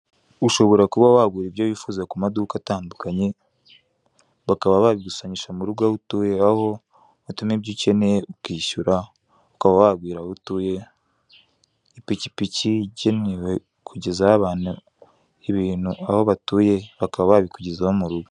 Ushobora kuba wagura ibyo wifuza ku maduka atandukanye, bakaba babigusangisha mu rugo aho utuye, aho utuma ibyo ukeneye ukishyura, ukaba wababwira aho utuye, ipikipiki ikenewe kugezaho abantu ibintu aho batuye, bakaba babikugezaho mu rugo